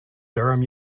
durham